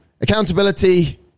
Accountability